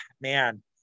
man